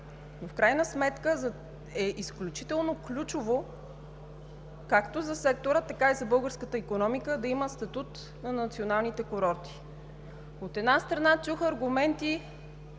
в крайна сметка е изключително ключово както за сектора, така и за българската икономика да има статут на националните курорти. От една страна, чух аргументи